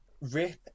rip